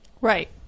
right